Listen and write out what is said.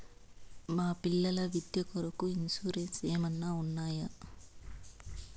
మా పిల్లల విద్య కొరకు ఇన్సూరెన్సు ఏమన్నా ఉన్నాయా?